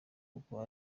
kuko